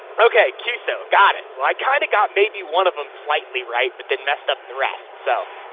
okay. cuso, got it. well i kind of got maybe one of them slightly right but they messed up the rest so.